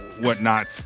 whatnot